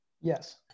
Yes